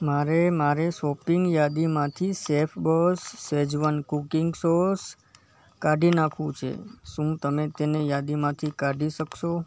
મારે મારે શૉપિંગ યાદીમાંથી શૅફબાૅસ શેઝવાન કૂકિંગ સાૅસ કાઢી નાખવું છે શું તમે તેને યાદીમાંથી કાઢી શકશો